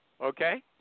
okay